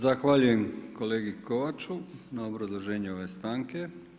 Zahvaljujem kolegi Kovaču, na obrazloženju ove stanke.